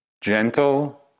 gentle